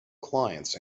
clients